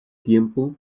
tiempo